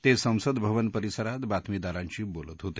ते संसद भवन परिसरात बातमीदारांशी बोलत होते